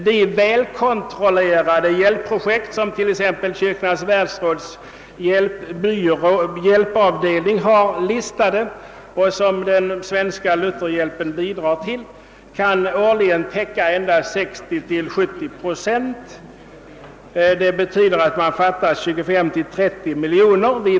De välkontrollerade hjälpprojekt, som t.ex. Kyrkornas världsråds hjälpavdelning har listade och som den Svenska Lutherhjälpen bidrar till, kan årligen täckas endast till 60—70 procent, vilket betyder att det fattas 25—30 miljoner kronor.